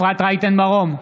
אפרת רייטן מרום,